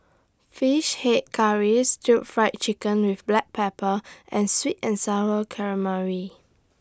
Fish Head Curry Stir Fried Chicken with Black Pepper and Sweet and Sour Calamari